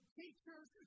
teachers